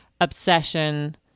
obsession